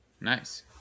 nice